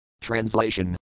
Translation